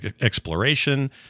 exploration